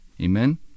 Amen